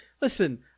Listen